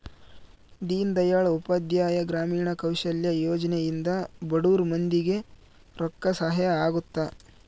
ದೀನ್ ದಯಾಳ್ ಉಪಾಧ್ಯಾಯ ಗ್ರಾಮೀಣ ಕೌಶಲ್ಯ ಯೋಜನೆ ಇಂದ ಬಡುರ್ ಮಂದಿ ಗೆ ರೊಕ್ಕ ಸಹಾಯ ಅಗುತ್ತ